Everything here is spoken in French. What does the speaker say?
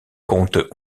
compte